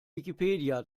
wikipedia